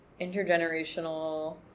intergenerational